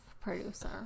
producer